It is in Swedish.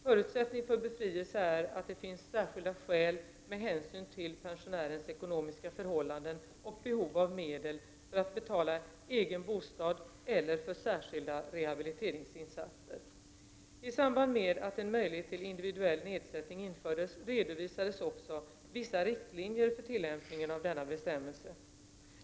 Förutsättning för befrielse är att det finns särskilda skäl med hänsyn till pensionärens ekonomiska förhållanden och behov av medel för att betala egen bostad eller för särskilda rehabiliteringsinsatser. I samband med att en möjlighet till individuell nedsättning infördes redovisades också vissa riktlinjer för tillämpningen av denna bestämmelse.